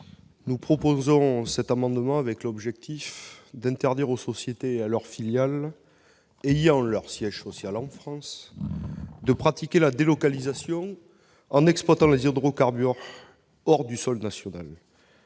Nous proposons, au travers de cet amendement, d'interdire aux sociétés et à leurs filiales ayant leur siège social en France de pratiquer la délocalisation en exploitant les hydrocarbures non conventionnels